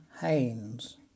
Haynes